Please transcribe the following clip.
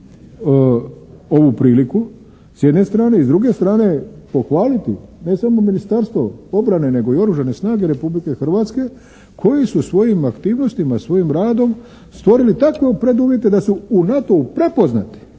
omogućio ovu priliku s jedne strane. I s druge strane pohvaliti ne samo Ministarstvo obrane nego i Oružane snage Republike Hrvatske koji su svojim aktivnostima, svojim radom stvorili takve preduvjete da su u NATO-u prepoznate